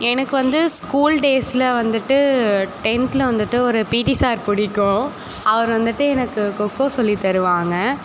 எனக்கு வந்து ஸ்கூல் டேஸில் வந்துட்டு டென்தில் வந்துட்டு ஒரு பீட்டி சார் பிடிக்கும் அவர் வந்துட்டு எனக்கு கொக்கோ சொல்லித் தருவாங்க